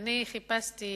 אני חיפשתי